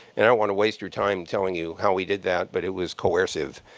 and i don't want to waste your time telling you how we did that. but it was coercive.